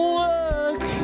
work